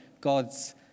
God's